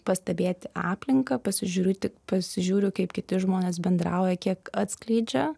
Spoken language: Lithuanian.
pastebėti aplinką pasižiūriu tik pasižiūriu kaip kiti žmonės bendrauja kiek atskleidžia